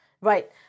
Right